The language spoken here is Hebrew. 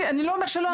אני לא אומר שלא עשית,